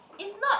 it's not